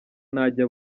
ntajya